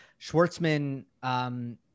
Schwartzman